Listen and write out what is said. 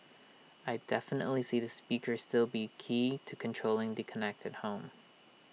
I definitely see the speaker still be key to controlling the connected home